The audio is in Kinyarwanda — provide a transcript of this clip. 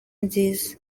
nziza